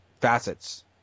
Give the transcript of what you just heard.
facets